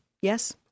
Yes